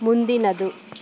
ಮುಂದಿನದು